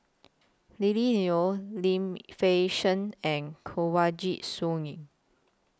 Lily Neo Lim Fei Shen and Kanwaljit Soin